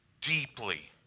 Deeply